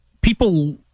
people